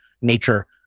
nature